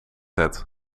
het